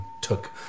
took